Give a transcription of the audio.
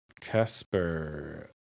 Casper